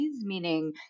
meaning